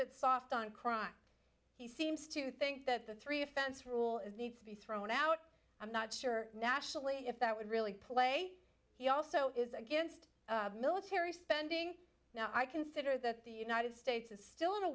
bit soft on crime he seems to think that the three offense rule needs to be thrown out i'm not sure nationally if that would really play he also is against military spending now i consider that the united states is still in a